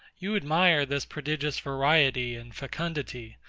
you admire this prodigious variety and fecundity.